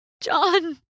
John